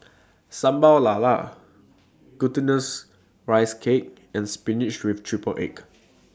Sambal Lala Glutinous Rice Cake and Spinach with Triple Egg